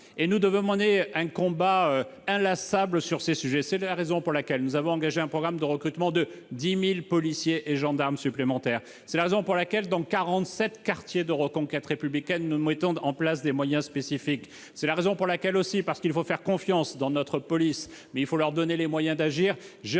Nous devons mener un combat inlassable sur ces sujets. C'est la raison pour laquelle nous avons engagé un programme de recrutement de 10 000 policiers et gendarmes supplémentaires. C'est la raison pour laquelle, dans 47 quartiers de reconquête républicaine (QRR), nous mettons en place des moyens spécifiques. C'est la raison pour laquelle, parce qu'il faut avoir confiance dans notre police, mais aussi parce qu'il faut lui donner les moyens d'agir,